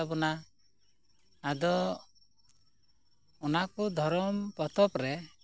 ᱟᱫᱚ ᱚᱱᱟ ᱠᱚ ᱫᱷᱚᱨᱚᱢ ᱯᱚᱛᱚᱵ ᱨᱮ